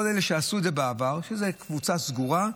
כל אלה שעשו את זה בעבר זאת קבוצה סגורה,